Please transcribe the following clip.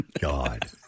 god